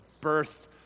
birth